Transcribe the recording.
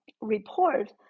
report